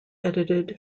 edited